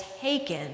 taken